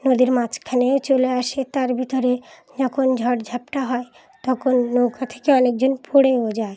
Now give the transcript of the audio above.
নদীর মাঝখানেও চলে আসে তার ভিতরে যখন ঝড়ঝাপটা হয় তখন নৌকা থেকে অনেকজন পড়েও যায়